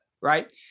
right